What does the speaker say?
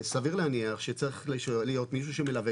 סביר להניח שצריך להיות מישהו שמלווה,